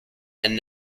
and